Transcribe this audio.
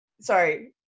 Sorry